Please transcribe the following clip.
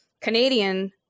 Canadian